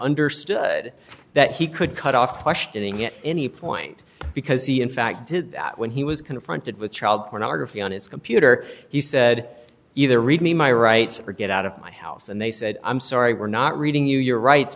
understood that he could cut off questioning at any point because he in fact did that when he was confronted with child pornography on his computer he said either read me my rights or get out of my house and they said i'm sorry we're not reading you your rights